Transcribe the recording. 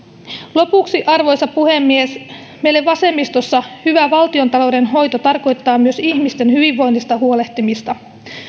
lopuksi arvoisa puhemies meille vasemmistossa hyvä valtiontalouden hoito tarkoittaa myös ihmisten hyvinvoinnista huolehtimista